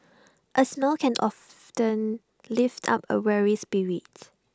A smile can often lift up A weary spirit